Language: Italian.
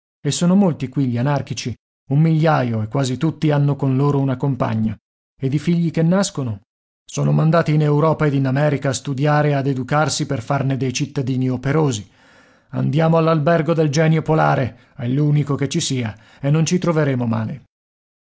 e sono molti qui gli anarchici un migliaio e quasi tutti hanno con loro una compagna ed i figli che nascono sono mandati in europa ed in america a studiare ed a educarsi per farne dei cittadini operosi andiamo all'albergo del genio polare è l'unico che ci sia e non ci troveremo male